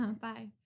Bye